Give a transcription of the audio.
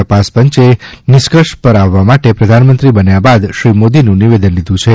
તપાસ પંચે નિષ્કર્ષ પર આવવા માટે પ્રધાનમંત્રી બન્યા બાદ શ્રી મોદીનું નિવેદન લીધું છે